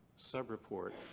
sub-report.